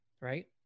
right